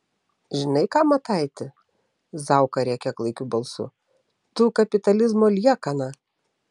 žinai ką mataiti zauka rėkia klaikiu balsu tu kapitalizmo liekana